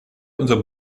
unser